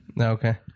Okay